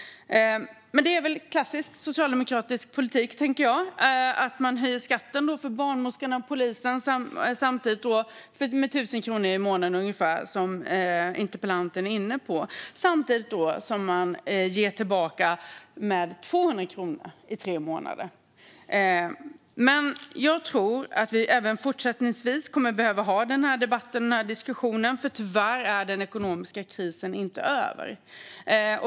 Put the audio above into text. Det är väl klassisk socialdemokratisk politik, tänker jag, att höja skatten för barnmorskor och polis med ungefär 1 000 kronor i månaden, som interpellanten är inne på, och samtidigt ge 200 kronor tillbaka i tre månader. Jag tror att vi även fortsättningsvis kommer att behöva ha den här debatten och diskussionen, för tyvärr är den ekonomiska krisen inte över.